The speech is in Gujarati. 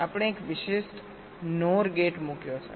આપણે એક વિશિષ્ટ NOR ગેટ મુક્યો છે